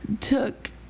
took